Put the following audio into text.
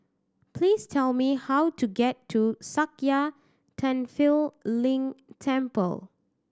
please tell me how to get to Sakya Tenphel Ling Temple